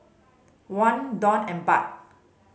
Won Dong and Baht